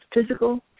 physical